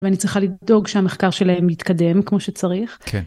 ואני צריכה לדאוג שהמחקר שלהם יתקדם כמו שצריך. כן.